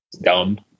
dumb